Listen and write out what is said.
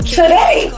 today